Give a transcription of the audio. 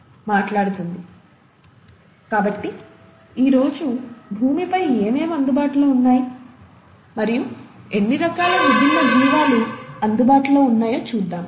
Refer slide time 630 కాబట్టి ఈరోజు భూమిపై ఏమేమి అందుబాటులో ఉన్నాయి మరియు ఎన్నిరకాల విభిన్న జీవాలు అందుబాటులో ఉన్నాయో చూద్దాం